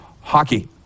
hockey